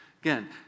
Again